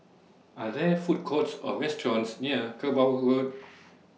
Are There Food Courts Or restaurants near Kerbau Road